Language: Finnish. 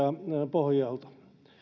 pohjalta